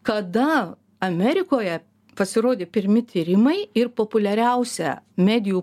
kada amerikoje pasirodė pirmi tyrimai ir populiariausia medijų